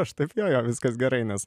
aš taip jo jo viskas gerai nes